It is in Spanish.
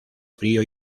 frío